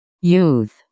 Youth